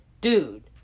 dude